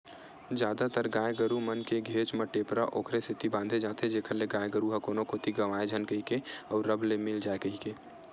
जादातर गाय गरु मन के घेंच म टेपरा ओखरे सेती बांधे जाथे जेखर ले गाय गरु ह कोनो कोती गंवाए झन कहिके अउ रब ले मिल जाय कहिके